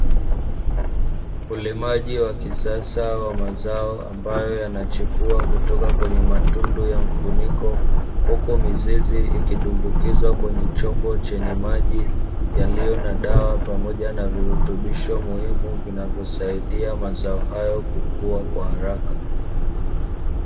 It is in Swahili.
Ulimaji wa kisasa wa mazao ambayo yanachipua kutoka kwenye matundu ya mfuniko, huku mizizi ikidumbukizwa kwenye chombo chenye maji yaliyo na dawa pamoja na virutubisho muhimu vinavyosaidia mazao hayo kukua kwa haraka.